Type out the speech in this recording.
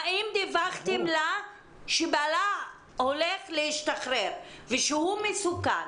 האם דיווחתם לה שבעלה הולך להשתחרר ושהוא מסוכן?